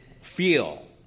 feel